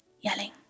yelling